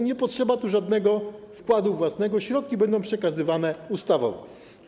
Nie potrzeba tu żadnego wkładu własnego, środki będą przekazywane ustawowo.